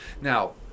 Now